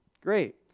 Great